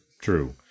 true